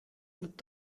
wird